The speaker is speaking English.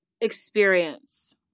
experience